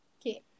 okay